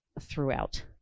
throughout